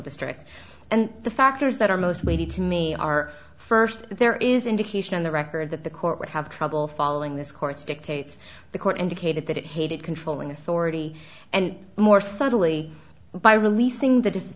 district and the factors that are most weighted to me are first there is indication in the record that the court would have trouble following this court's dictates the court indicated that it hated controlling authority and more subtly by releasing the